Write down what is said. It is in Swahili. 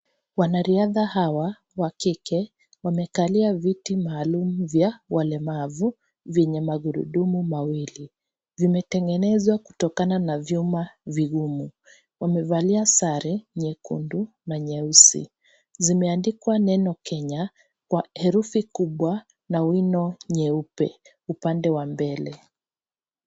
Wanariadha hawa wa kike wamekalia viti maalum vya walemavu vyenye magurudumu mawili. Vimetengenezwa kutokana na vyuma vigumu. Wamevalia sare nyekundu na nyeusi. Zimeandikwa neno Kenya kwa herufi kubwa na wino nyeupe upande wa mbele.